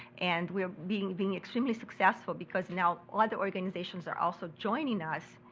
and we're being being extremely successful, because now other organization are also joining us,